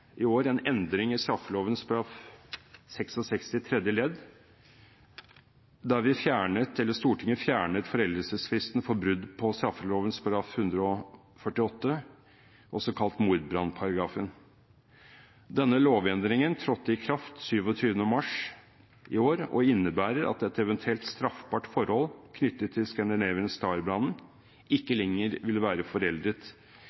i år en endring i straffeloven § 66 tredje ledd, der foreldelsesfristen for brudd på straffeloven § 148, også kalt mordbrannparagrafen, ble fjernet. Denne lovendringen trådte i kraft 27. mars i år og innebærer at et eventuelt straffbart forhold knyttet til Scandinavian Star-brannen ikke lenger vil være